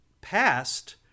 past